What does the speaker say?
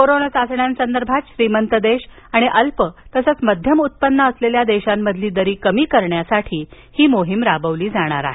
corona चाचण्यांसंदर्भात श्रीमंत देश आणि अल्प तसंच मध्यम उपन्न असलेल्या देशांमधील दरी कमी करण्यासाठी ही मोहीम राबवली जाणार आहे